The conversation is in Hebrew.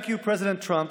(אומר דברים בשפה האנגלית,